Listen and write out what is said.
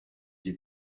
des